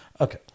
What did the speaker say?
Okay